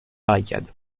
barricade